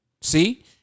See